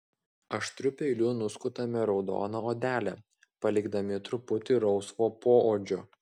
aštriu peiliu nuskutame raudoną odelę palikdami truputį rausvo poodžio